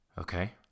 Okay